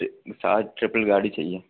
triple गाड़ी चाहिए